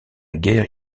guerre